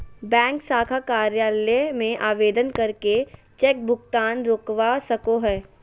bank शाखा कार्यालय में आवेदन करके चेक भुगतान रोकवा सको हय